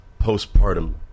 postpartum